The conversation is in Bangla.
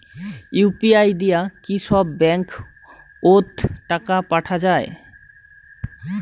ইউ.পি.আই দিয়া কি সব ব্যাংক ওত টাকা পাঠা যায়?